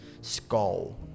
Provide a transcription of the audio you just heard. skull